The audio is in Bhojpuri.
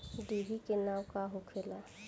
डिभी के नाव का होखेला?